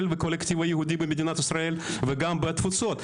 וקולקטיבה יהודית במדינת ישראל וגם בתפוצות.